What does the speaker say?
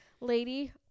lady